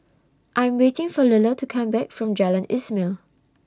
I Am waiting For Lilla to Come Back from Jalan Ismail